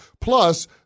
Plus